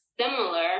similar